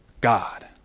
God